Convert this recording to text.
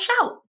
shout